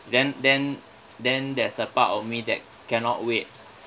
then then then there's a part of me that cannot wait